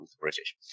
British